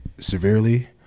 severely